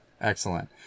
Excellent